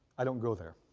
i don't go there.